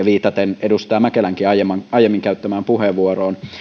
viitaten edustaja mäkelänkin aiemmin aiemmin käyttämään puheenvuoroon